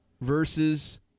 versus